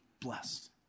blessed